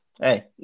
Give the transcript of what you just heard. Hey